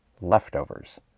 leftovers